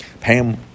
Pam